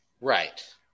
Right